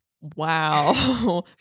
Wow